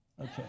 Okay